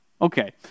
Okay